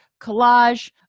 collage